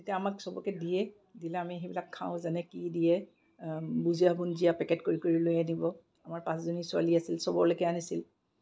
তেতিয়া আমাক চবকে দিয়ে দিলে আমি সেইবিলাক খাওঁ যেনে কি দিয়ে বুন্দিয়া ভুজিয়া পেকেট কৰি কৰি লৈ আনিব আমাৰ পাঁচজনী ছোৱালী আছিল চবলৈকে আনিছিল